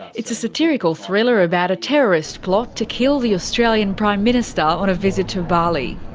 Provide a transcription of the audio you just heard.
it's a satirical thriller about a terrorist plot to kill the australian prime minister on a visit to bali.